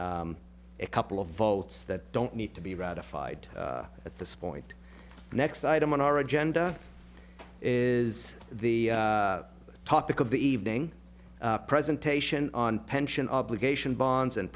a couple of votes that don't need to be ratified at this point the next item on our agenda is the topic of the evening presentation on pension obligation bonds and